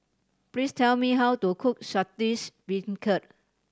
please tell me how to cook Saltish Beancurd